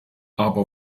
aber